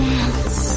Dance